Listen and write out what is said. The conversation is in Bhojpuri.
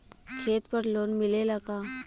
खेत पर लोन मिलेला का?